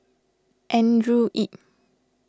Andrew Yip